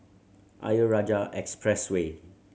Ayer Rajah Expressway